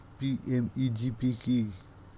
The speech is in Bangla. পি.এম.ই.জি.পি কি?